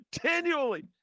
continually